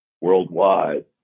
worldwide